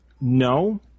No